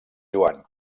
joan